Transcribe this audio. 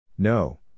No